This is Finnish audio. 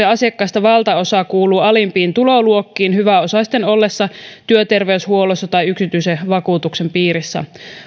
asiakkaista valtaosa kuuluu alimpiin tuloluokkiin hyväosaisten ollessa työterveyshuollon tai yksityisen vakuutuksen piirissä